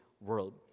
world